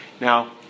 Now